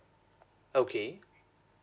okay